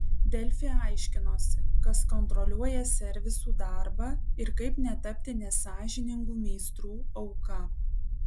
delfi aiškinosi kas kontroliuoja servisų darbą ir kaip netapti nesąžiningų meistrų auka